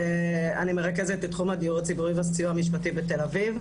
אני מרכזת את תחום הדיור הציבורי והסיוע המשפטי בת"א.